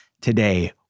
today